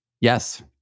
Yes